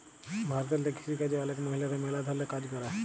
ভারতেল্লে কিসিকাজে অলেক মহিলারা ম্যালা ধরলের কাজ ক্যরে